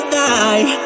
die